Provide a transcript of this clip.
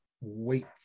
wait